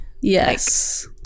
Yes